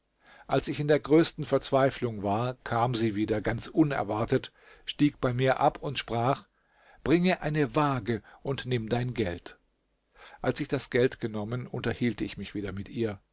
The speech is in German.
als ich in der größten verzweiflung war kam sie wieder ganz unerwartet stieg bei mir ab und sprach bringe eine waage und nimm dein geld als ich das geld genommen unterhielt ich mich wieder mit ihr